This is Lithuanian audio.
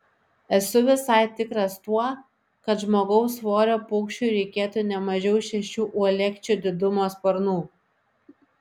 esu visai tikras tuo kad žmogaus svorio paukščiui reikėtų ne mažiau šešių uolekčių didumo sparnų